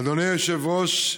אדוני היושב-ראש,